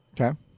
Okay